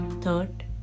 third